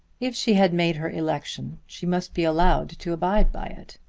if she had made her election, she must be allowed to abide by it.